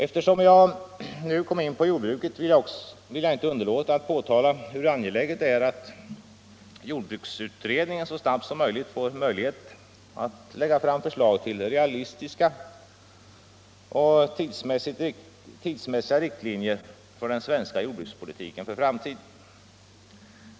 Eftersom jag nu kom in på jordbruket vill jag inte underlåta att påtala hur angeläget det är att jordbruksutredningen så snabbt som möjligt får möjlighet att lägga fram förslag till realistiska och tidsmässiga riktlinjer för den svenska jordbrukspolitiken för framtiden.